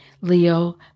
Leo